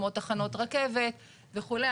כמו תחנות רכבת וכולי,